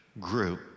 grew